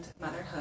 motherhood